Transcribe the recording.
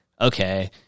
okay